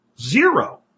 Zero